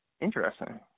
Interesting